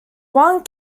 one